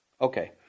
Okay